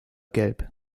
gelb